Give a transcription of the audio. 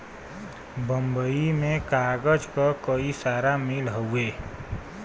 बम्बई में कागज क कई सारा मिल हउवे